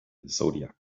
zodiac